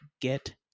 get